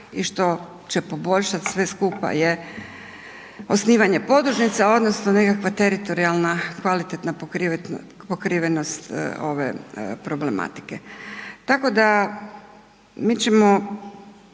i što će poboljšati sve skupa je osnivanje podružnica odnosno nekakva teritorijalna kvalitetna pokrivenost ove problematike. Tako da mi ćemo